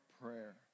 prayer